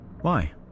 Why